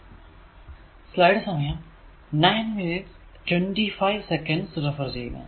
അത് പോലെ നോക്കുക